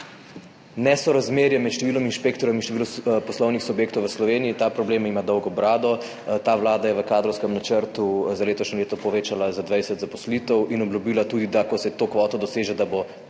nesorazmerje med številom inšpektorjev in številom poslovnih subjektov v Sloveniji. Ta problem ima dolgo brado. Ta vlada je v kadrovskem načrtu za letošnje leto povečala število zaposlitev za 20 in obljubila tudi, da jo bo, ko se to kvoto doseže, še povečala,